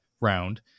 round